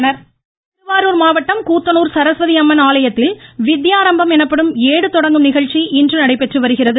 விஜயகசமிட voice Thiruvarur மாவட்டம் கூத்தனூர் சரஸ்வதி அம்மன் ஆலயத்தில் வித்யாரம்பம் எனப்படும் ஏடு தொடங்கும் நிகழ்ச்சி இன்று நடைபெற்று வருகிறது